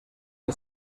que